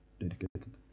dedicated